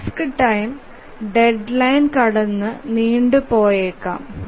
task time deadline കടന്നു നീണ്ടു പോയേക്കാം